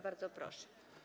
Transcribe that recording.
Bardzo proszę.